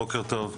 בוקר טוב.